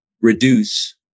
reduce